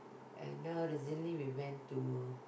and now recently we went to